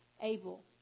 able